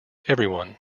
everyone